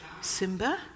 Simba